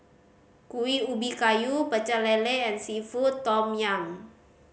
Kuih Ubi Kayu Pecel Lele and seafood tom yum